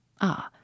Ah